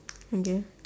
okay